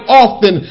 often